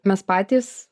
mes patys